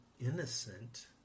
innocent